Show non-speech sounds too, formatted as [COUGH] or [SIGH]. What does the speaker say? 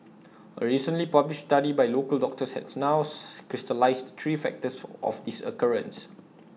A recently published study by local doctors has now [UNINTELLIGIBLE] crystallised three factors of this occurrence